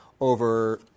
over